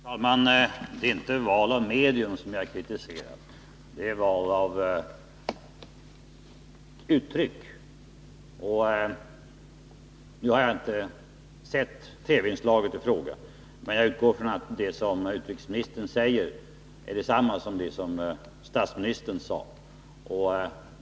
Herr talman! Det är inte val av medium som jag kritiserar — det är val av uttryck. Jag har inte sett TV-inslaget i fråga, men jag utgår ifrån att det som utrikesministern säger är detsamma som det som statsministern sade.